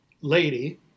lady